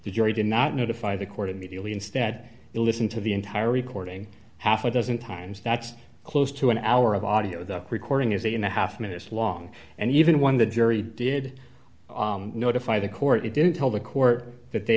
the jury did not notify the court immediately instead they listened to the entire recording half a dozen times that's close to an hour of audio the recording is that in the half minutes long and even when the jury did notify the court it didn't tell the court that they